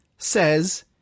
says